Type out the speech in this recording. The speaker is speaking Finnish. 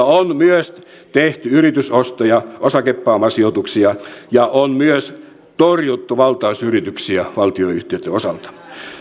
on myös tehty yritysostoja osakepääomasijoituksia ja on myös torjuttu valtausyrityksiä valtionyhtiöitten osalta